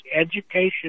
education